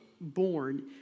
born